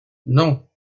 non